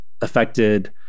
affected